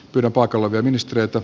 kyllä paikalla työministeriötä